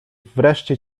wreszcie